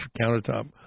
countertop